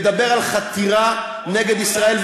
מדבר על חתירה נגד ישראל,